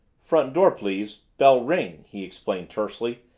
front door please bell ring, he explained tersely,